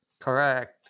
correct